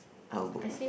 I will book